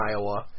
Iowa